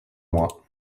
mois